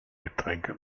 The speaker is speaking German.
getränke